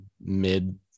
mid